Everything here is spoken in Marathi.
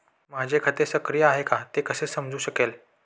माझे खाते सक्रिय आहे का ते कसे समजू शकेल?